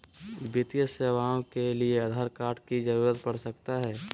वित्तीय सेवाओं के लिए आधार कार्ड की जरूरत पड़ सकता है?